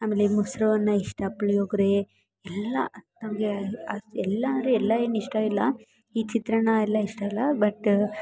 ಆಮೇಲೆ ಮೊಸರನ್ನ ಇಷ್ಟ ಪುಳಿಯೋಗರೆ ಎಲ್ಲ ನಮಗೆ ಎಲ್ಲ ಅಂದರೆ ಎಲ್ಲ ಏನು ಇಷ್ಟ ಇಲ್ಲ ಈ ಚಿತ್ರನ್ನ ಎಲ್ಲ ಇಷ್ಟ ಇಲ್ಲ ಬಟ್